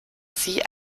sie